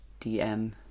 DM